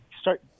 start